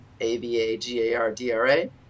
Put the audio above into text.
A-V-A-G-A-R-D-R-A